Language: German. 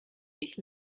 ich